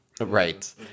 Right